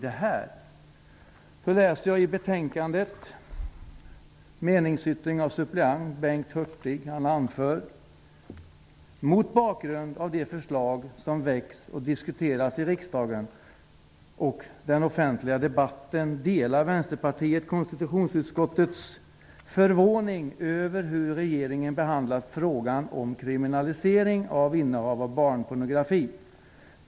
Jag läser i en meningsyttring av suppleant Bengt ''Mot bakgrund av de förslag som väckts och diskuterats i riksdagen och den offentliga debatten delar Vänsterpartiet konstitutionsutskottets förvåning över hur regeringen behandlat frågan om kriminalisering av innehav av barnpornografi.